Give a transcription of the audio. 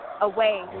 away